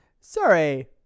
sorry